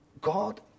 God